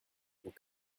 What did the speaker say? pour